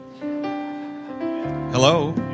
Hello